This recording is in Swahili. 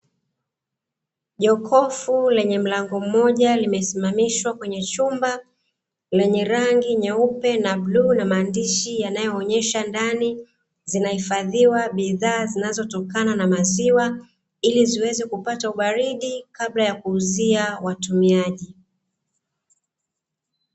Jokofu lenye mlango mmoja limesimamishwa kwenye chumba lenye rangi nyeupe na bluu, lenye maandishi yanayoonesha ndani zinahifadhiwa bidhaa zinazotokana na maziwa, ili ziweze kupata ubaridi kabla ya kuuzia watumiaji.